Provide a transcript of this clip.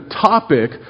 topic